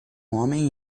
homem